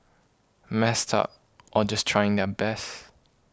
messed up or just trying their best